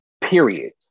period